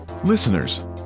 Listeners